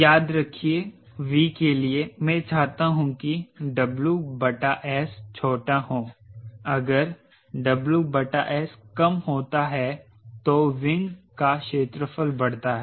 याद रखिए V के लिए मैं चाहता हूं कि WS छोटा हो अगर WS कम होता है तो विंग का क्षेत्रफल बढ़ता है